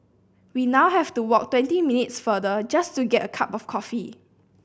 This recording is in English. we now have to walk twenty minutes farther just to get a cup of coffee